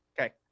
okay